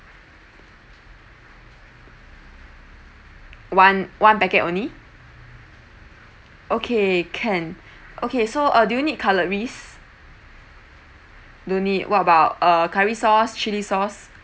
one one packet only okay can okay so uh do you need cutleries don't need what about uh curry sauce chilli sauce